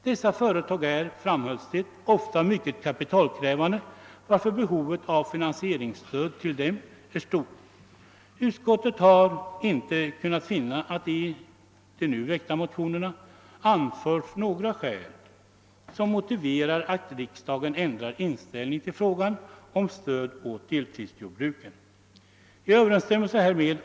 Dessa företag är, framhålls det, ofta mycket kapitalkrävande, varför behovet av finansieringsstöd till dem är stort. Utskottet har inte kunnat finna att i de nu väckta motionerna anförts några skäl som motiverar att riksdagen ändrar inställning till frågan om stöd åt deltidsjordbrukare.